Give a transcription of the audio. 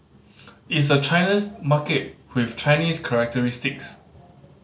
it's a China's market with Chinese characteristics